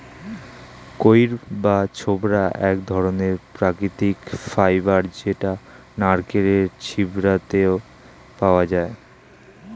কইর বা ছোবড়া এক ধরণের প্রাকৃতিক ফাইবার যেটা নারকেলের ছিবড়েতে পাওয়া যায়